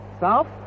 south